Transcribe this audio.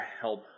help